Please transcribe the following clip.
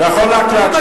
אל תפריע.